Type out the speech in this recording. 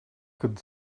could